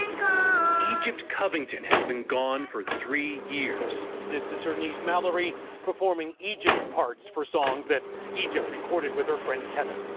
and gone egypt covington has been gone for three years. this is her news mallory performing egypt's hearts sort of that egypt recorded with her friend kevin.